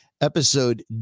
episode